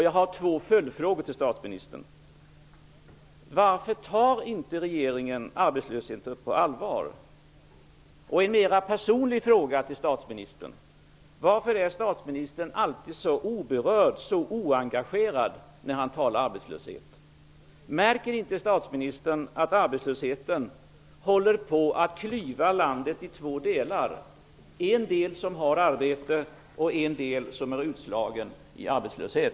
Jag vill också ställa en mer personlig fråga till statsministern: Varför är statsministern alltid så oberörd, så oengagerad, när han talar om arbetslösheten? Märker inte statsministern att arbetslösheten håller på att klyva landet i två delar: en del med människor som har arbete och en del med människor som är utslagna i arbetslöshet?